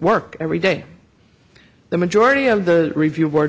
work every day the majority of the review board